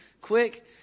quick